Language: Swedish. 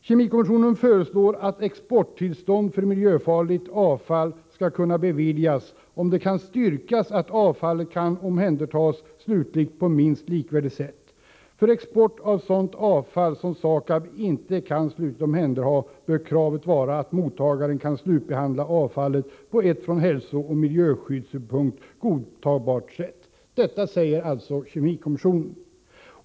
Kemikommissionen föreslår att exporttillstånd för miljöfarligt avfall skall kunna beviljas om det kan styrkas att avfallet kan omhändertas slutligt på ett minst likvärdigt sätt. För export av sådant avfall som SAKAB inte kan slutligt omhänderta bör kravet vara att mottagaren kan slutbehandla avfallet på ett från hälsooch miljöskyddssynpunkt godtagbart sätt.” — Detta säger alltså kemikommissionen.